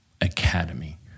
academy